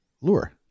lure